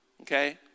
Okay